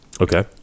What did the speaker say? Okay